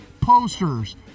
posters